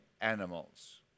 animals